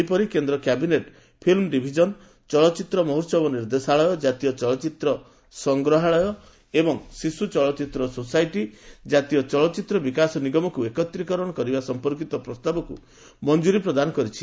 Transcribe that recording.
ସେହିପରି କେନ୍ଦ୍ର cabinet film division ଚଳଚ୍ଚିତ୍ର ମହୋତ୍ସବ ନିର୍ଦ୍ଦେଶାଳୟ ଜାତୀୟ ଚଳଚ୍ଚିତ୍ର ସଂଗ୍ରହାଳୟ ଏବଂ ଶିଶ୍ର ଚଳଚ୍ଚିତ୍ର ସୋସାଇଟି କାତୀୟ ଚଳଚ୍ଚିତ୍ର ବିକାଶ ନିଗମକୁ ଏକତ୍ରୀକରଣ କରିବା ସମ୍ପର୍କୀତ ପ୍ରସ୍ତାବକୁ ମଞ୍ଜୁରୀ ପ୍ରଦାନ କରିଛି